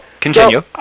continue